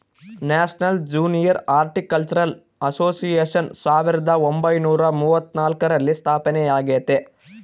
national junior horticultural association ಸಾವಿರದ ಒಂಬೈನುರ ಮೂವತ್ನಾಲ್ಕರಲ್ಲಿ ಸ್ಥಾಪನೆಯಾಗೆತೆ